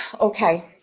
Okay